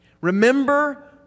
Remember